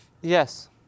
Yes